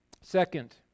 Second